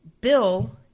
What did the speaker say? Bill